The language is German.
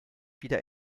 wieder